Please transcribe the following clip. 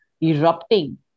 erupting